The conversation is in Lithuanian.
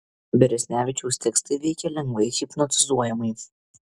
beresnevičiaus tekstai veikia lengvai hipnotizuojamai